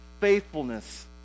faithfulness